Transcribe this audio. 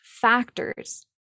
factors